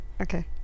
Okay